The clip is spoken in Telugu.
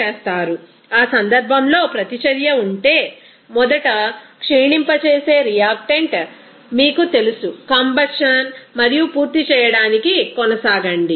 చేస్తారు ఆ సందర్భంలో ప్రతిచర్య ఉంటే మొదట క్షీణింపజేసే రియాక్టెంట్ మీకు తెలుసు కంబశ్చన్ మరియు పూర్తి చేయడానికి కొనసాగండి